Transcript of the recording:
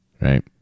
right